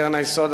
קרן היסוד,